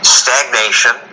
stagnation